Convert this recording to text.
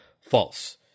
false